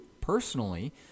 personally